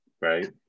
right